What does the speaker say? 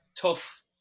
tough